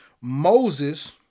Moses